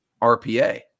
RPA